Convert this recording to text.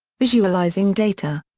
visualizing data.